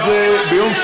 אשמע אתכם בקשב רב,